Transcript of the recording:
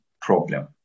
problem